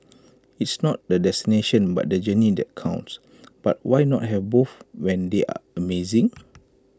it's not the destination but the journey that counts but why not have both when they're amazing